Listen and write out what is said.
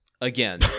again